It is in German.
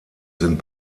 sind